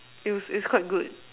it was it's quite good